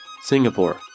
Singapore